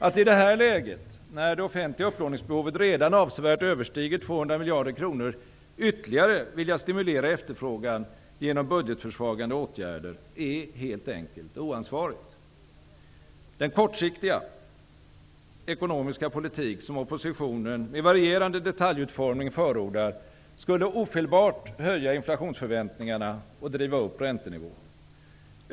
Att i detta läge, när det offentliga upplåningsbehovet redan avsevärt överstiger 200 miljarder kronor, ytterligare vilja stimulera efterfrågan genom budgetförsvagande åtgärder är helt enkelt oansvarigt. Den kortsiktiga ekonomiska politik som oppositionen med varierande detaljutformning förordar skulle ofelbart höja inflationsförväntningarna och driva upp räntenivån.